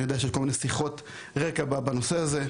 אני יודע שיש כל מיני שיחות רקע בנושא הזה,